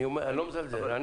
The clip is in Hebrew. אני לא מזלזל,